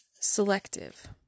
selective